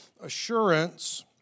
assurance